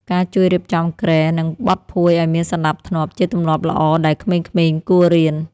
ការជួយរៀបចំគ្រែ និងបត់ភួយឱ្យមានសណ្តាប់ធ្នាប់ ជាទម្លាប់ល្អដែលក្មេងៗគួររៀន។